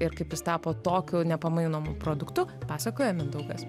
ir kaip jis tapo tokiu nepamainomu produktu pasakoja mindaugas